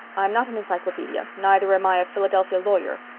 i'm not an encyclopedia, neither am i a philadelphia lawyer.